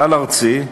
כלל-ארצי,